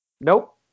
nope